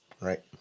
Right